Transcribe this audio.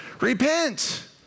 repent